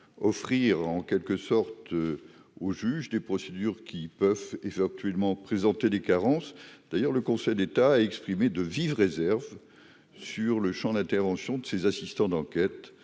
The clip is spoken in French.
offrir en quelque sorte au juge des procédures qui peuvent éventuellement présenter des carences d'ailleurs, le Conseil d'État a exprimé de vives réserves sur le Champ d'intervention de ses assistants d'enquête